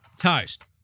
Toast